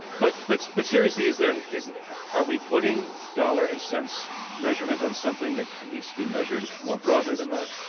but but but seriously, is there and are we putting dollar and cents measurement on something that needs to be measured more broadly than that?